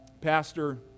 Pastor